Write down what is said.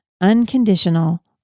unconditional